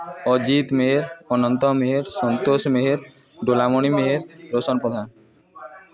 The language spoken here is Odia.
ଅଜିତ ମେହେର୍ ଅନନ୍ତ ମେହେର୍ ସନ୍ତୋଷ ମେହେର୍ ଡୋଲାମଣି ମେହେର୍ ରୋଶନ ପ୍ରଧାନ